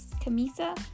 Camisa